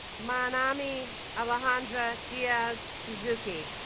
manami alejandra diaz tsuzuki